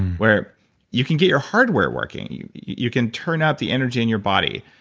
where you can get your hardware working, you can turn out the energy in your body,